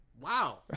Wow